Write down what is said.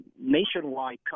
nationwide